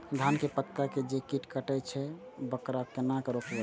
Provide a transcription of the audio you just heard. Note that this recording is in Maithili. धान के पत्ता के जे कीट कटे छे वकरा केना रोकबे?